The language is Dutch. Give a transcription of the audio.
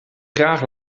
graag